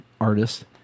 artist